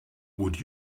would